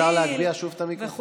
אפשר להגביה שוב את המיקרופון?